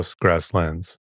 grasslands